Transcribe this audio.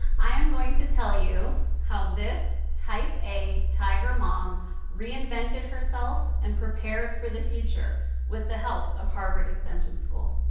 i am going to tell you how this type a tiger mom reinvented herself and prepared for the future with the help of harvard extension school.